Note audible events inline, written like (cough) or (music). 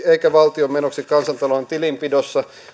(unintelligible) eikä valtion menoksi kansantalouden tilinpidossa